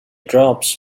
drops